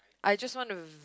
I just want to